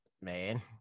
man